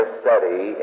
study